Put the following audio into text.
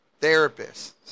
therapists